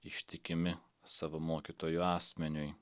ištikimi savo mokytoju asmeniui